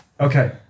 Okay